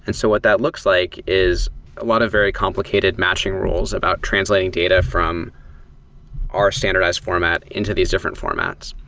and so what that looks like is a lot of very complicated matching rules about translating data from our standardized format into these different formats.